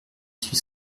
suis